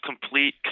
complete